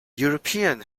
european